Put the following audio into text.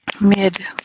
mid